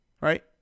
Right